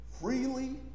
freely